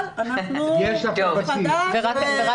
אבל אנחנו דף חדש ונתגייס --- אני רק